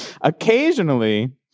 Occasionally